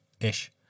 ish